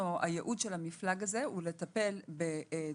הייעוד של הפלג הזה הוא לטפל בתאונות